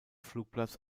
flugplatz